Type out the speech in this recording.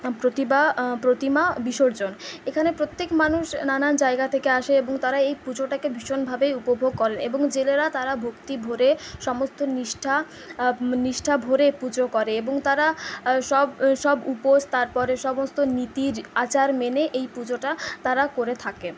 প্রতিমা প্রতিমা বিসর্জন এখানে প্রত্যেক মানুষ নানান জায়গা থেকে আসে এবং তারা এই পুজোটাকে ভীষণ ভাবে উপভোগ করেন এবং জেলেরা তারা ভক্তি ভরে সমস্ত নিষ্ঠা নিষ্ঠা ভরে পুজো করে এবং তারা সব সব উপোস তারপরে সমস্ত নীতি আচার মেনে এই পুজোটা তারা করে থাকে